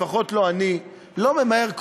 לפחות אני לא ממהר,